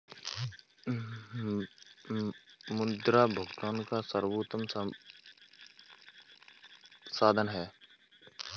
मुद्रा भुगतान का सर्वोत्तम साधन है